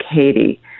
Katie